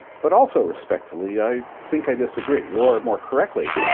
but, also respectfully, i think i disagree. or, more correctly,